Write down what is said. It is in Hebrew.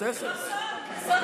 זה לא סוד,